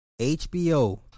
HBO